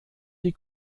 die